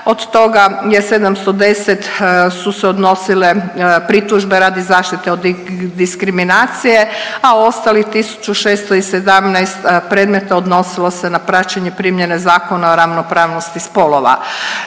od toga je 710, su se odnosile pritužbe radi zaštite od diskriminacije, a ostalih 1.617 predmeta odnosilo se na praćenje primjene Zakona o ravnopravnosti spolova.